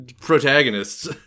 protagonists